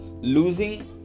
losing